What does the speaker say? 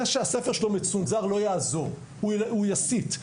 גם אם הספר שלו מצונזר זה לא יעזור והוא יסית.